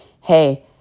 Hey